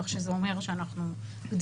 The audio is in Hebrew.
כך שזה אומר שאנחנו גדלים.